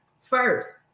first